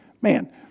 man